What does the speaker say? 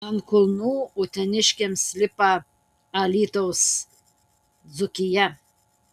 ant kulnų uteniškiams lipa alytaus dzūkija